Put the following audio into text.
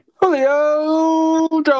Julio